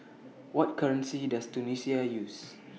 What currency Does Tunisia use